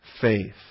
faith